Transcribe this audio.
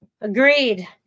Agreed